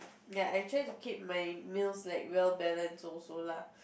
ya I try to keep my meals like well balanced also lah